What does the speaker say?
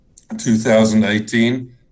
2018